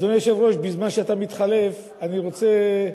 אדוני היושב-ראש, בזמן שאתה מתחלף אני רוצה